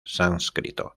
sánscrito